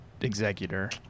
executor